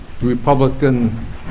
republican